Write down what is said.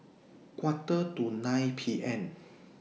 Quarter to nine P M